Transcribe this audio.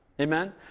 Amen